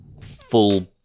full